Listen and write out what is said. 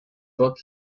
book